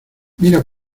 mira